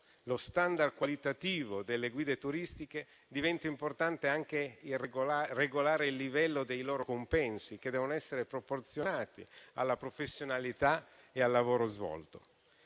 lo *standard* qualitativo delle guide turistiche, diventa importante anche regolare il livello dei loro compensi, che devono essere proporzionati alla professionalità e al lavoro svolto.